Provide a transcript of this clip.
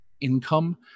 income